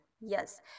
Yes